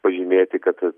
pažymėti kad